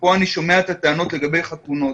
ופה אני שומע את הטענות לגבי חתונות,